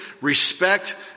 respect